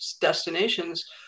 destinations